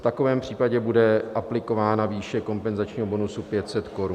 V takovém případě bude aplikována výše kompenzačního bonusu 500 korun.